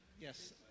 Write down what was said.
Yes